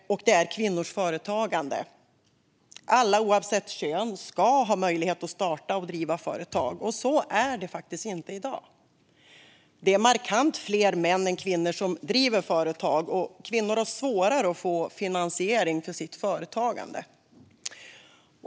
Det är kvinnors företagande. Alla, oavsett kön, ska ha möjlighet att starta och driva företag. Så är det inte i dag. Det är markant fler män än kvinnor som driver företag, och kvinnor har svårare att få finansiering för sitt företagande.